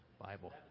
Bible